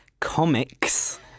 Comics